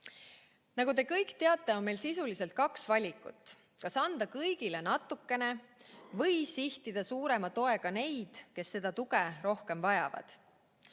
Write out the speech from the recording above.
Nagu te kõik teate, on meil sisuliselt kaks valikut: kas anda kõigile natukene või sihtida suurema toega neid, kes seda tuge rohkem vajavad.